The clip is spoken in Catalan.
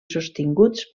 sostinguts